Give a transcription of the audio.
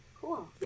Cool